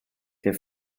der